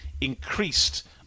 increased